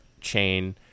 chain